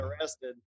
arrested